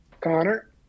Connor